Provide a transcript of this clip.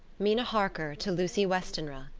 mina harker to lucy westenra.